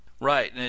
Right